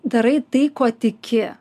darai tai kuo tiki